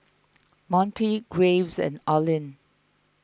Montie Graves and Orlin